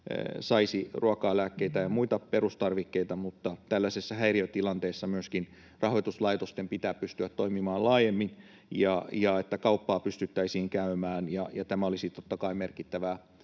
saisi ruokaa, lääkkeitä ja muita perustarvikkeita, mutta tällaisessa häiriötilanteessa myöskin rahoituslaitosten pitää pystyä toimimaan laajemmin, että kauppaa pystyttäisiin käymään. Tämä olisi totta kai merkittävää